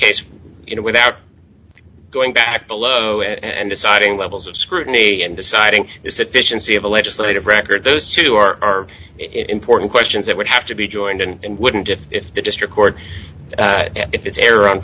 case you know without going back below and deciding levels of scrutiny and deciding sufficiency of a legislative record those two are important questions that would have to be joined and wouldn't if the district court if it's